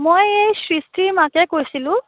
মই এই সৃষ্টিৰ মাকে কৈছিলোঁ